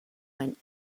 went